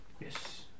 Yes